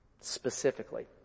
specifically